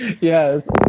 Yes